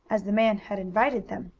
as the man had invited them.